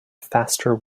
faster